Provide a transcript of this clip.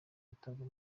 gutabwa